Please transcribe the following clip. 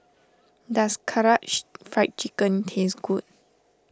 does Karaage Fried Chicken taste good